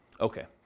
okay